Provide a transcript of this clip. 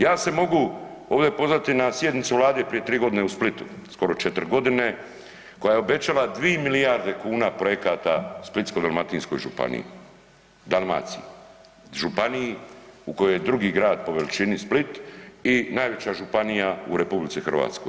Ja se mogu ovaj, pozvati na sjednicu Vlade prije 3 godine u Splitu, skoro 4 godine koja je obećala 2 milijarde kuna projekata Splitsko-dalmatinskoj županiji, Dalmaciji, županiji u kojoj je drugi grad po veličini Split i najveća županija u RH.